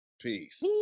Peace